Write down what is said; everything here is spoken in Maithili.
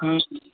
हुँ